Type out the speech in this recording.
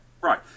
Right